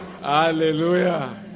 Hallelujah